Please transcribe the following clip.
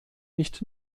nicht